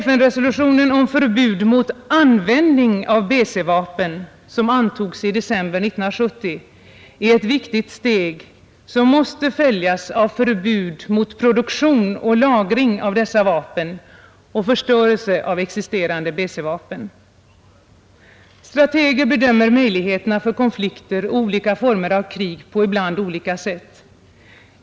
FN-resolutionen om förbud mot användning av BC-vapen som antogs i december 1970 är ett viktigt steg, som måste följas av förbud mot produktion och lagring av dessa vapen och förstörelse av existerande BC-vapen. Strateger bedömer ibland möjligheterna för konflikter och olika former av krig på olika sätt.